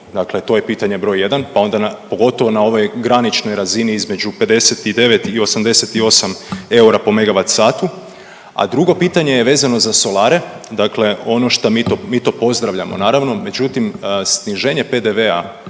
dakle, to je pitanje broj 1 pa onda pogotovo na ovoj graničnoj razini između 59 i 88 eura po megavatsatu, a drugo pitanje je vezano za solare, dakle ono što mi to, mi to pozdravljamo naravno, međutim, sniženje PDV-a